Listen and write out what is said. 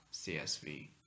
csv